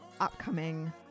upcoming